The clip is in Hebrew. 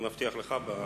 אני מבטיח לך.